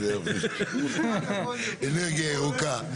אנרגיה ירוקה.